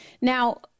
Now